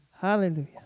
Hallelujah